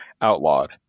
outlawed